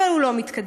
והוא לא מתקדם.